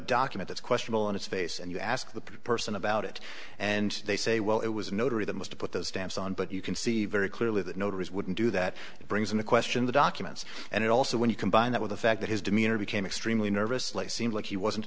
document it's questionable on its face and you ask the person about it and they say well it was a notary that was to put those stamps on but you can see very clearly that notaries wouldn't do that brings into question the documents and it also when you combine that with the fact that his demeanor became extremely nervous seemed like he wasn't